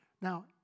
Now